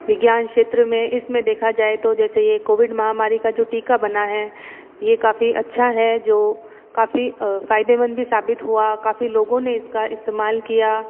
विज्ञान क्षेत्र में इसमे देखा जाए तो जैसे ये कोविड महामारी का जो टीका बना है ये काफ़ी अच्छा है जो काफी फायदेमंद भी साबित हुआ काफ़ी लोगो ने इसका इस्तेमाल किया